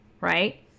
right